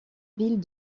ville